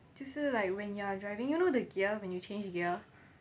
就是 like when you are driving you know the gears when you change gear